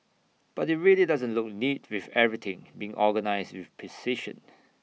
but IT really doesn't look neat with everything being organised with precision